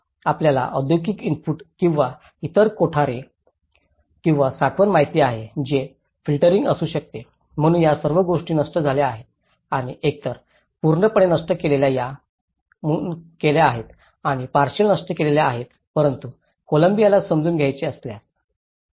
आपल्याला औद्योगिक इनपुट किंवा इतर कोठारे किंवा साठवण माहित आहे हे फिल्टरिंग असू शकते म्हणून या सर्व गोष्टी नष्ट झाल्या आहेत आणि एकतर पूर्णपणे नष्ट केल्या आहेत किंवा पार्शिअल नष्ट केल्या आहेत परंतु कोलंबियाला समजून घ्यायचे असल्यास